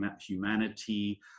humanity